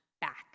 back